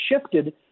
shifted